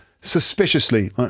suspiciously